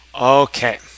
Okay